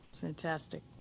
Fantastic